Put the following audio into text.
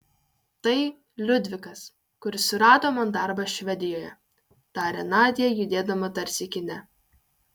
tai liudvikas kuris surado man darbą švedijoje tarė nadia judėdama tarsi kine